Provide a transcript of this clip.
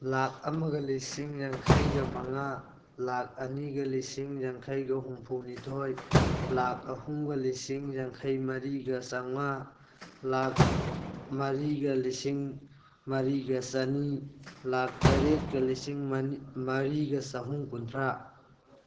ꯂꯥꯈ ꯑꯃꯒ ꯂꯤꯁꯤꯡ ꯌꯥꯡꯈꯩꯒ ꯃꯉꯥ ꯂꯥꯈ ꯑꯅꯤꯒ ꯂꯤꯁꯤꯡ ꯌꯥꯡꯈꯩꯒ ꯍꯨꯝꯐꯨꯅꯤꯊꯣꯏ ꯂꯥꯈ ꯑꯍꯨꯝꯒ ꯂꯤꯁꯤꯡ ꯌꯥꯡꯈꯩ ꯃꯔꯤꯒ ꯆꯝꯉꯥ ꯂꯥꯈ ꯃꯔꯤꯒ ꯂꯤꯁꯤꯡ ꯃꯔꯤꯒ ꯆꯅꯤ ꯂꯥꯈ ꯇꯔꯦꯠꯀ ꯂꯤꯁꯤꯡ ꯃꯔꯤꯒ ꯆꯍꯨꯝ ꯀꯨꯟꯊ꯭ꯔꯥ